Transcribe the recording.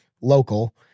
local